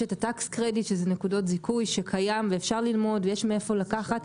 יש טקסט קרדיט שזה נקודות זיכוי שקיים ואפשר ללמוד ויש מאיפה לקחת.